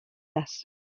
less